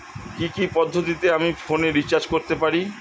কি কি পদ্ধতিতে আমি ফোনে রিচার্জ করতে পারি?